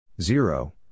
zero